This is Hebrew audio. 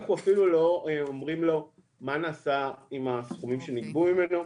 אפילו לא אומרים לו מה נעשה עם הסכומים שנגבו ממנו.